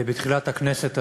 בתחילת הכנסת הזאת,